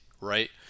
right